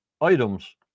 items